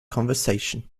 conversation